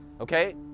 okay